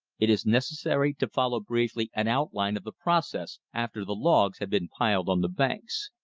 it is necessary to follow briefly an outline of the process after the logs have been piled on the banks.